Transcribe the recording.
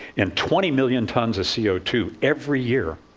and twenty million tons of c o two every year,